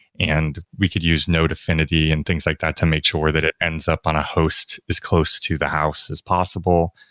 and we could use node affinity and things like that to make sure that it ends up on a host as close to the house as possible.